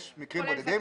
יש מקרים בודדים.